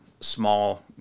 small